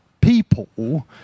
people